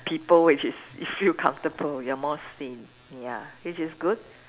people which is you feel comfortable you are more sane ya which is good